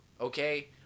okay